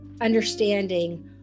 understanding